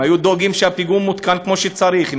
אם היו דואגים שהפיגום מותקן כמו שצריך,